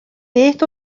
beth